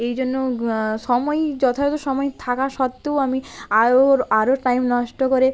এই জন্য সময়ই যথাযথ সময় থাকা সত্ত্বেও আমি আরও আরও টাইম নষ্ট করে